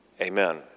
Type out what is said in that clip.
amen